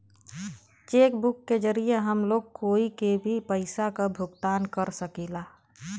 check book के जरिये हम लोग कोई के भी पइसा क भुगतान कर सकीला